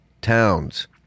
Towns